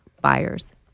buyers